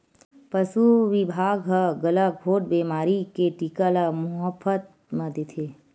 पसु बिभाग ह गलाघोंट बेमारी के टीका ल मोफत म देथे